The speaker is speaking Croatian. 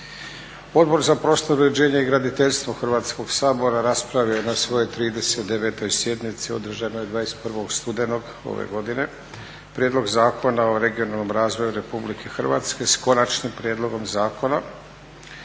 Odbor za prostorno uređenje i graditeljstvo Hrvatskog sabora raspravio je na svojoj 39. sjednici održanoj 21. studenog ove godine Prijedlog zakona o regionalnom razvoju Republike Hrvatske, s konačnim prijedlogom zakona